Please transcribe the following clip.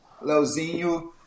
Leozinho